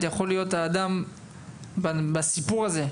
יכול להיות האדם בסיפור הזה.